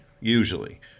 usually